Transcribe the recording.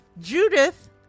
Judith